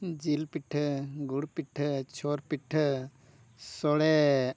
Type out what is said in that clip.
ᱡᱤᱞ ᱯᱤᱴᱷᱟᱹ ᱜᱩᱲ ᱯᱤᱴᱷᱟᱹ ᱪᱷᱚᱨ ᱯᱤᱴᱷᱟᱹ ᱥᱚᱬᱮ